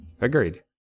Agreed